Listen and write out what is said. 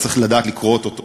וצריך לדעת לקרוא אותו טוב,